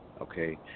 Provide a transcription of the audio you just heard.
okay